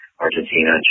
Argentina